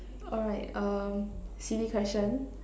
alright um silly question